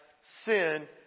sin